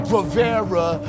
Rivera